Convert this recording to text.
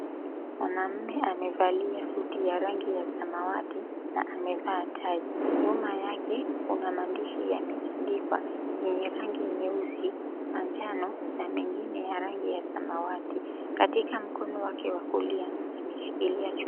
Mwanaume amevalia suti ya rangi ya samawati na amevaa tai. Nyuma yake kuna maandishi yameandikwa yenye rangi nyeusi, ya njano na mengine ya rangi ya samawati. Katika mkono wake wa kulia ameshikilia chupa.